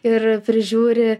ir prižiūri